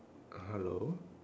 hello